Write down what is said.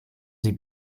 sie